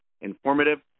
informative